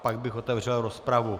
Pak bych otevřel rozpravu.